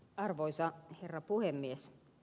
arvoisa herra puhemies